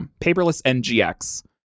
Paperless-NGX